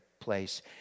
place